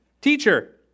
Teacher